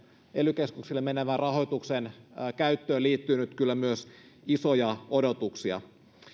ely keskuksille menevän rahoituksen käyttöön liittyy kyllä nyt myös isoja odotuksia